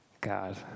God